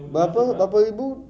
berapa berapa ribu